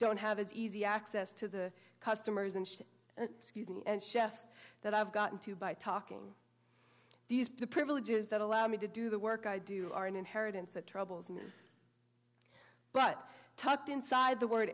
don't have as easy access to the customers and chefs that i've gotten to by talking these are the privileges that allow me to do the work i do are an inheritance that troubles me but tucked inside the word